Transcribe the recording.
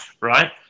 Right